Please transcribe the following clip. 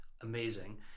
amazing